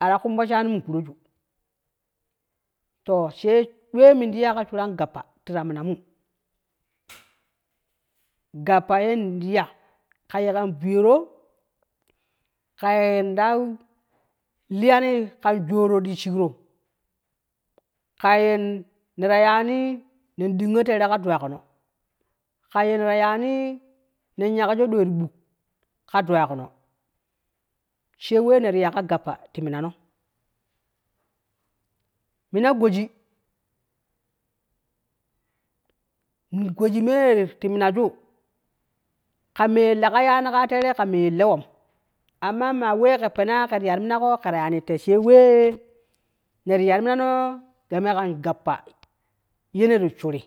Ata kumpo shaanim in kuroju to-she-we-mindi ya ka shurang gappa tita minamu, gappa ye-dija kaye kan viyero kayen dai liyani, kan jooro ti shikro, kakyen netara yaani nen dingo teere ka dwagino, kaye neta taani nen yakju doi ti bok ka dwagino, shee wee neti ya ka gappa ti minano mina goji negoji me ti minaju ƙa mee lega yaani kaa teerei ƙa mee lewom, amma maa wee ke pena kera yani ti mina go ketara yaani tei she wee neti ya ti mina noo game kan gappa ye neti shuri